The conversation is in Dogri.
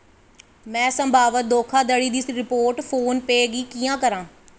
में संभावत धोखाधड़ी दी रपोर्ट फोन पेऽ गी कि'यां करां